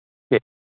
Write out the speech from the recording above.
ശരി